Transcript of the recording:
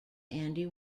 andy